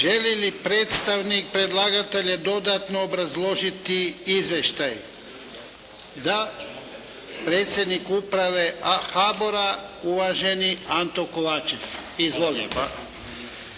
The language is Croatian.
Želi li predstavnik predlagatelja dodatno obrazložiti izvještaj? Da. Predsjednik uprave HBOR-a uvaženi Anton Kovačev. Izvolite.